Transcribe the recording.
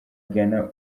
ghana